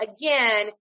again